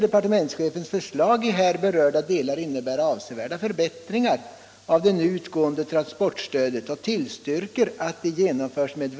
Därmed skulle också de i det följande behandlade önskemålen om en prissättning enligt vägprincipen ha tillgodosetts på ett tillfredsställande sätt i fråga om godstrafiken”.